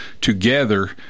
together